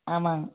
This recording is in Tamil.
ஆமாங்க